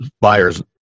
buyers